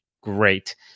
Great